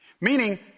Meaning